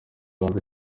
rwanda